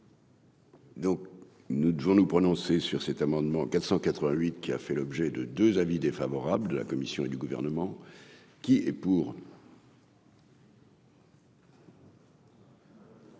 Donc nous devons nous prononcer sur cet amendement 488 qui a fait l'objet de 2 avis défavorable de la Commission et du gouvernement qui est pour.